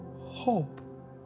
hope